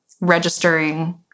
registering